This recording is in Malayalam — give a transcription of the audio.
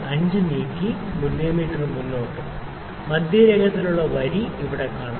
5 നീക്കി മില്ലീമീറ്റർ മുന്നോട്ട് മധ്യരേഖയുള്ള വരി ഇവിടെ കാണാം